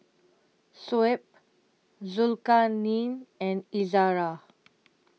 Shuib Zulkarnain and Izara